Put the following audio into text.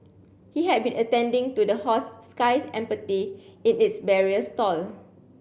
he had been attending to the horse Sky Empathy in its barrier stall